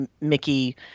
Mickey